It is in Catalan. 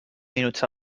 minuts